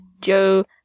Joe